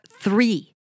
three